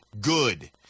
good